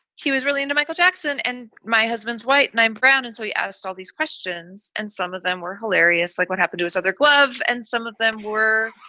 he was really into michael jackson and my husband's white and i'm brown. and so he asked all these questions and some of them were hilarious, like what happened to his other glove? and some of them were